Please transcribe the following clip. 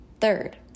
Third